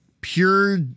pure